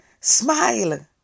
Smile